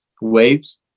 waves